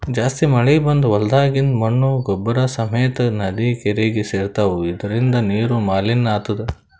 ಜಾಸ್ತಿ ಮಳಿ ಬಂದ್ ಹೊಲ್ದಾಗಿಂದ್ ಮಣ್ಣ್ ಗೊಬ್ಬರ್ ಸಮೇತ್ ನದಿ ಕೆರೀಗಿ ಸೇರ್ತವ್ ಇದರಿಂದ ನೀರು ಮಲಿನ್ ಆತದ್